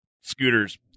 scooters